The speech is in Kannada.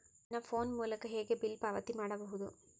ನನ್ನ ಫೋನ್ ಮೂಲಕ ಹೇಗೆ ಬಿಲ್ ಪಾವತಿ ಮಾಡಬಹುದು?